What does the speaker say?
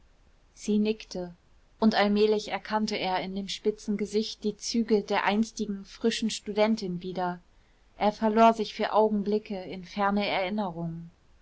sie nickte und allmählich erkannte er in dem spitzen gesicht die züge der einstigen frischen studentin wieder er verlor sich für augenblicke in ferne erinnerungen